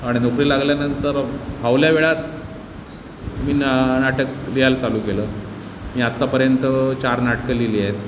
आणि नोकरीला लागल्यानंतर फावल्या वेळात मी ना नाटक लिहायला चालू केलं मी आतापर्यंत चार नाटकं लिहिली आहेत